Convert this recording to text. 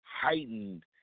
heightened